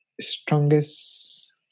strongest